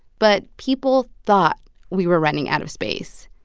but people thought we were running out of space,